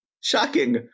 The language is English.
shocking